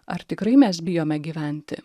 ar tikrai mes bijome gyventi